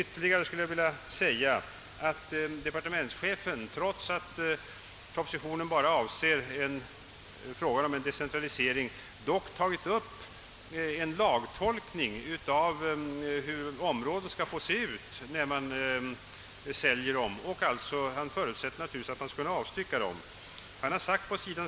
Trots att propositionen bara avser frågan om en decentralisering har departementschefen dock tagit upp en lagtolkning av hur området skall få se ut när det säljs, och han förutsätter naturligtvis att det skall kunna avstyckas. På sid.